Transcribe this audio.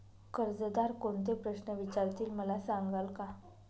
कर्जदार कोणते प्रश्न विचारतील, मला सांगाल का?